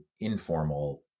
informal